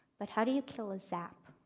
but how do you kill a zap?